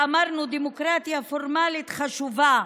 ואמרנו: דמוקרטיה פורמלית חשובה,